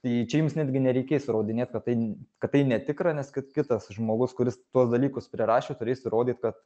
tai čia jums netgi nereikės įrodinėt kad tai kad tai netikra nes kad kitas žmogus kuris tuos dalykus prirašė turės įrodyt kad